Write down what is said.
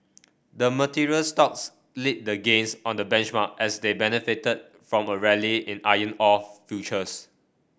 the materials stocks lead the gains on the benchmark as they benefited from a rally in iron ore futures